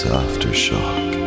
aftershock